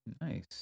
Nice